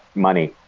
money.